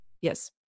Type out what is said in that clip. yes